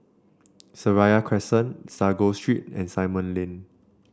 Seraya Crescent Sago Street and Simon Lane